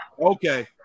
okay